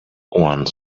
one